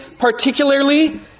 particularly